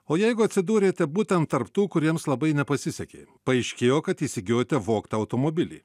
o jeigu atsidūrėte būtent tarp tų kuriems labai nepasisekė paaiškėjo kad įsigijote vogtą automobilį